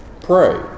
pray